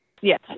Yes